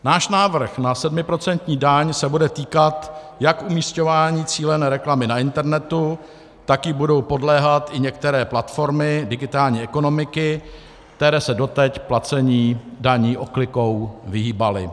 Náš návrh na 7% daň se bude týkat jak umisťování cílené reklamy na internetu, tak jí budou podléhat i některé platformy digitální ekonomiky, které se doteď placení daní oklikou vyhýbaly.